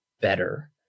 better